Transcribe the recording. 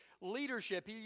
leadership